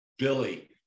Billy